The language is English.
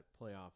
playoff